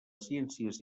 ciències